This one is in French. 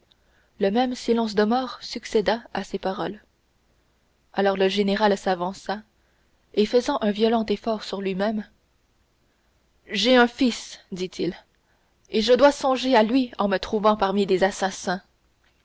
le même silence de mort succéda à ses paroles alors le général s'avança et faisant un violent effort sur lui-même j'ai un fils dit-il et je dois songer à lui en me trouvant parmi des assassins